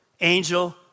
angel